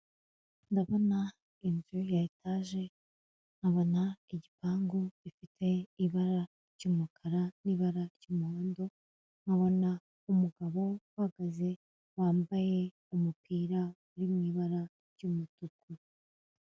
Ndabona inzu ya etaje, nkabona igipangu gifite ibara ry'umukara n'ibara ry'umuhondo, nkabona umugabo uhagaze wambaye umupira, uri mu ibara ry'umutuku.